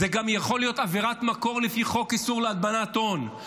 זו גם יכולה להיות עבירת מקור לפי חוק איסור להלבנת הון.